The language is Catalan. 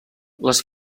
les